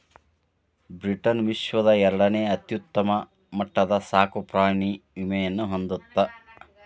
Britain ವಿಶ್ವದ ಎರಡನೇ ಅತ್ಯುನ್ನತ ಮಟ್ಟದ ಸಾಕುಪ್ರಾಣಿ ವಿಮೆಯನ್ನ ಹೊಂದಿತ್ತ